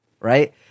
right